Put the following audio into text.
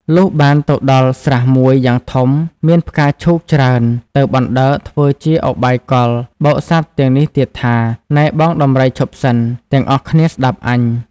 លុះបានទៅដល់ស្រះមួយយ៉ាងធំមានផ្កាឈូកច្រើនទើប អណ្ដើកធ្វើជាឧបាយកលបោកសត្វទាំងនេះទៀតថា៖ "នែបងដំរីឈប់សិន! ទាំងអស់គ្នាស្តាប់អញ។